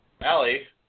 Allie